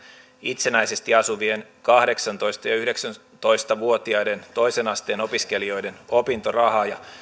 itsenäisesti asuvien kahdeksantoista ja ja yhdeksäntoista vuotiaiden toisen asteen opiskelijoiden opintorahaa ja